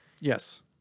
Yes